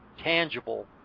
tangible